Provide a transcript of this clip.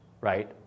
right